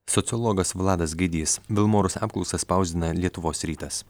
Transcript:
sociologas vladas gaidys vilmorus apklausą spausdina lietuvos rytas